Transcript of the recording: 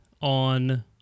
on